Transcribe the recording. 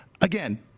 Again